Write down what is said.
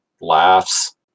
laughs